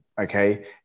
okay